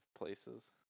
places